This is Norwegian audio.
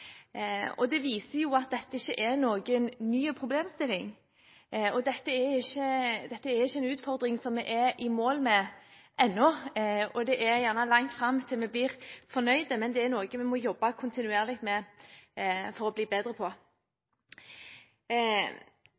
Det viser at dette ikke er en ny problemstilling og en utfordring vi har kommet i mål med ennå. Det er sikkert langt fram til vi blir fornøyd, men det er noe vi må jobbe kontinuerlig med for å bli bedre på.